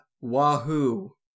Wahoo